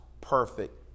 perfect